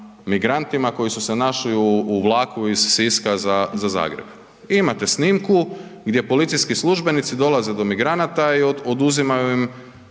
migrantima koji su se našli u vlaku iz Siska za Zagreb, imate snimku gdje policijski službenici dolaze do migranata i oduzimaju im